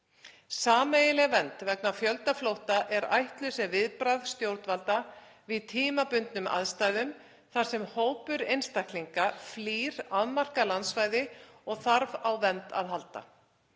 Sameiginleg vernd vegna fjöldaflótta er ætluð sem viðbragð stjórnvalda við tímabundnum aðstæðum þar sem hópur einstaklinga flýr afmarkað landsvæði og þarf á vernd að halda.